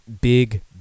big